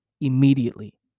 immediately